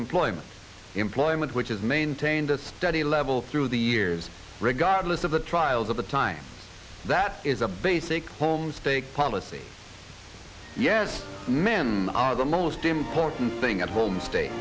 employment employment which has maintained a steady level through the years regardless of the trials of the time that is a basic homestake policy yes men are the most important thing at home state